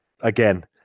Again